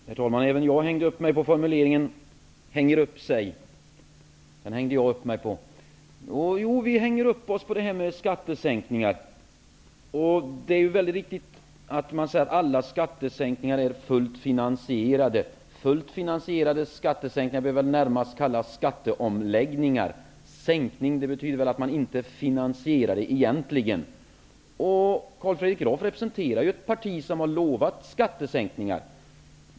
Herr talman! Även jag hakade upp mig på formuleringen ''hänger upp sig''. Ja, vi hänger upp oss på det här med skattesänkningar. Man säger att alla skattesänkningar är fullt finansierade. Fullt finansierade skattesänkningar bör väl närmast kallas skatteomläggningar. ''Skattesänkning'' betyder väl egentligen att man inte finansierar förslaget. Carl Fredrik Graf representerar ju ett parti som har lovat skattesänkningar.